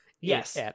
Yes